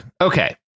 Okay